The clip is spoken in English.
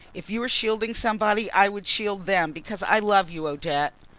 if you are shielding somebody i would shield them because i love you, odette!